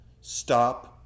Stop